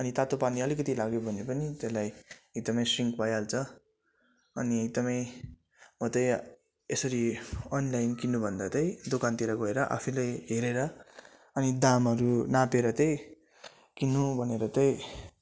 अनि तातो पानी अलिकति लाग्यो भने पनि त्यसलाई एकदमै स्रिङ्क भइहाल्छ अनि एकदमै म चाहिँ यसरी अनलाइन किन्नु भन्दा चाहिँ दोकानतिर गएर आफैले हेरेर अनि दामहरू नापेर चाहिँ किन्नु भनेर चाहिँ